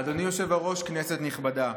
אדוני היושב-ראש, כנסת נכבדה,